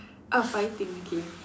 ah fighting okay